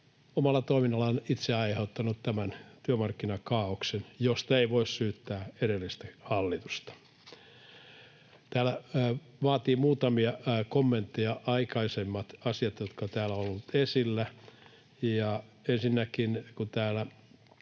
omalla toiminnallaan itse aiheuttanut tämän työmarkkinakaaoksen, josta ei voi syyttää edellistä hallitusta: Täällä vaativat muutamia kommentteja aikaisemmat asiat, jotka ovat täällä olleet esillä. Ensinnäkin, kun täällä